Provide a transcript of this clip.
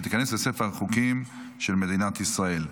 ותיכנס לספר החוקים של מדינת ישראל.